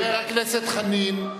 חבר הכנסת חנין,